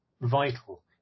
vital